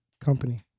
company